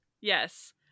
yes